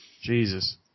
Jesus